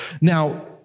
Now